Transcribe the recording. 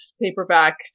paperback